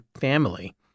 family